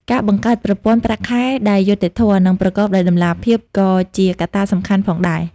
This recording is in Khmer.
ការបង្កើតប្រព័ន្ធ ប្រាក់ខែដែលយុត្តិធម៌ និងប្រកបដោយតម្លាភាពក៏ជាកត្តាសំខាន់ផងដែរ។